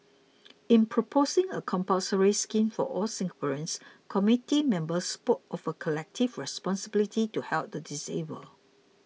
in proposing a compulsory scheme for all Singaporeans committee members spoke of a collective responsibility to help the disabled